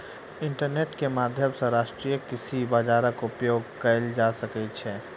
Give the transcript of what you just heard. internet के माध्यम सॅ राष्ट्रीय कृषि बजारक उपयोग कएल जा सकै छै